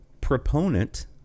proponent